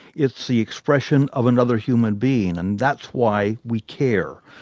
it's the expression of another human being, and that's why we care.